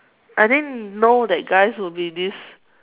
I didn't know that guys will be this